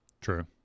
true